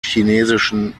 chinesischen